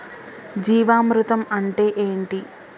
జీవామృతం అంటే ఏంటి?